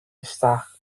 isteach